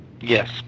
Yes